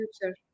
future